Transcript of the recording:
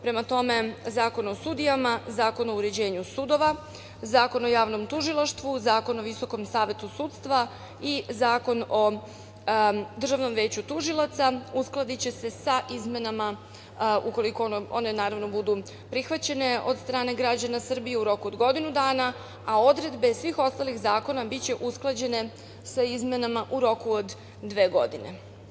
Prema tome, Zakon o sudijama, Zakon o uređenju sudova, Zakon o javnom tužilaštvu, Zakon o VSS i Zakon o DVT uskladiće se sa izmenama, ukoliko one naravno budu prihvaćene od strane građana Srbije u roku od godinu dana, a odredbe svih ostalih zakona biće usklađene sa izmenama u roku od dve godine.